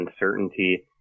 uncertainty